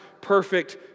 perfect